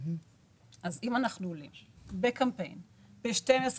אז אם אנחנו עולים בקמפיין ב-12,